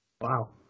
Wow